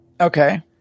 Okay